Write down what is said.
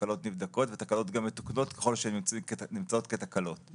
תקלות נבדקות והתקלות גם מתוקנות ככל שהן נמצאות כתקלות.